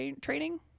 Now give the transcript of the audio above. training